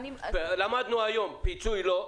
למדנו היום שפיצוי לא,